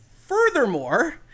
Furthermore